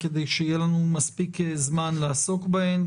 כדי שיהיה לנו מספיק זמן לעסוק בהן.